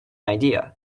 idea